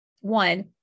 one